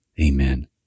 Amen